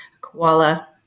koala